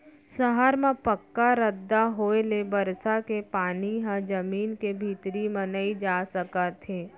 सहर म पक्का रद्दा होए ले बरसा के पानी ह जमीन के भीतरी म नइ जा सकत हे